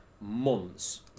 months